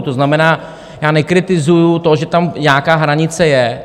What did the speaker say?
To znamená, já nekritizuji to, že tam nějaká hranice je.